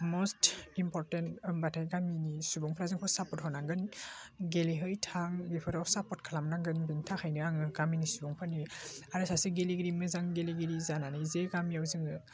must important होम्बाथाय गामि सुबुंफ्रा जोंखौ सापर्थ होनांगोन गेलेहै थां बेफोराव सापर्त खालामनांगोन बेनि थाखायनो आङो गामिनि सुबुंफोरनि आरो सासे गेलेगिरि मोजां गेलेगिरि जानानै जे गामियाव जोङो